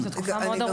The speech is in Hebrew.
זאת תקופה מאוד ארוכה.